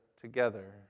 together